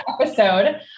episode